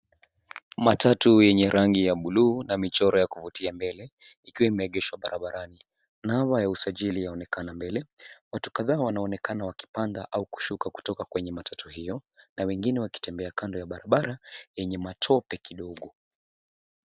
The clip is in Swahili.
Matatu yenye rangi ya buluu na michoro ya kuvutia mbele ikiwa imeegeshwa barabarani. Namba ya usajili yaonekana mbele. Watu kadhaa wanaonekana wakipanda au kushuka kutoka kwenye matatu hiyo na wengine wakitembea kando ya barabara yenye matope kidogo.